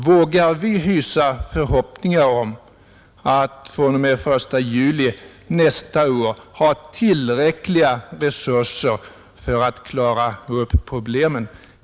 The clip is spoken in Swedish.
Vågar vi hysa förhoppningar om att fr.o.m. den 1 juli nästa år ha tillräckliga resurser för att klara upp problemen?